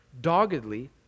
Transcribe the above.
doggedly